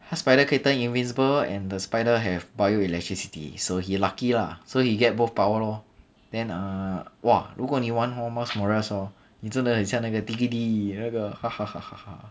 他 spider 可以 turn invisible and the spiders have bio electricity so he lucky lah so he get both power lor then uh !wah! 如果你玩 hor miles morals hor 你真的很那个 那个